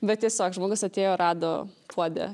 bet tiesiog žmogus atėjo rado puode